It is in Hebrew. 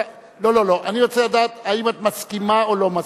אני רוצה לדעת האם את מסכימה או לא מסכימה.